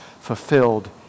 fulfilled